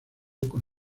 con